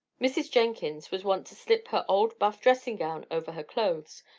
mrs. jenkins was wont to slip her old buff dressing-gown over her clothes,